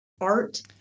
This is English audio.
art